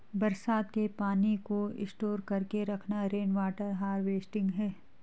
बरसात के पानी को स्टोर करके रखना रेनवॉटर हारवेस्टिंग है